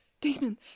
damon